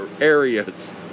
areas